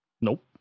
Nope